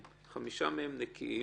הבחנה